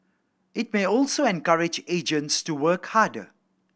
it may also encourage agents to work harder